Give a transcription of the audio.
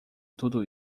tudo